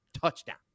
Touchdown